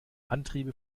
antriebe